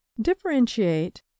Differentiate